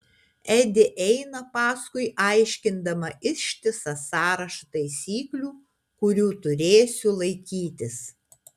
edi eina paskui aiškindama ištisą sąrašą taisyklių kurių turėsiu laikytis